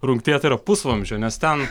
rungtyje tai yra pusvamzdžio nes ten